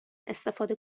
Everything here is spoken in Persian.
استفاده